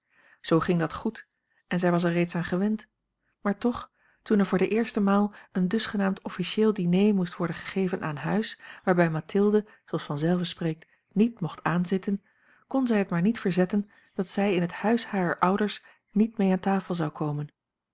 zoo ging dat goed en zij was er reeds aan gewend maar toch toen er voor de eerste maal een dusgenaamd officieel diner moest worden gegeven aan huis waarbij mathilde zooals vanzelve spreekt niet mocht aanzitten kon zij het maar niet verzetten dat zij in het huis harer ouders niet mee aan tafel zou komen